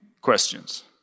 questions